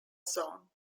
zone